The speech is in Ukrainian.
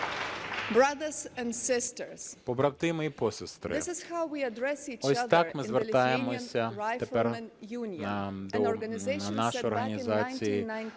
Побратими і посестри, ось так ми звертаємося. Тепер до нашої організації